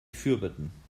fürbitten